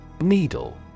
Needle